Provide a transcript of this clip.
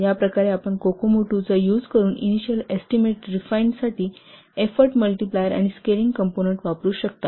तर याप्रकारे आपण कोकोमो II चा यूज करुन इनिशिअल एस्टीमेट रिफाइन साठी एफोर्ट मल्टिप्लायर आणि स्केलिंग कंपोनंन्ट वापरू शकता